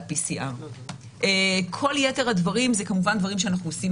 PCR. כל יתר הדברים הם כמובן דברים שאנחנו עושים